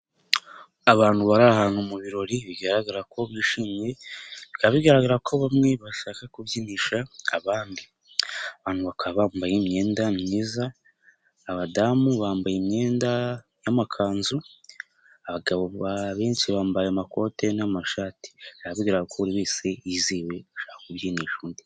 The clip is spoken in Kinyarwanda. Abantu bari ahantu mu birori, bigaragara ko bishimye, bikaba bigaragara ko bamwe bashaka kubyinisha abandi. Abantu bakaba bambaye imyenda myiza, abadamu bambaye imyenda y'amakanzu, abagabo benshi bambaye amakoti n'amashati. Bikaba bigaragara ko buri wese yiziwe, ashaka kubyinisha undi.